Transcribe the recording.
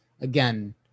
again